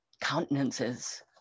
countenances